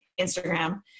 Instagram